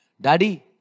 Daddy